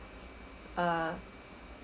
uh